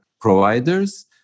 providers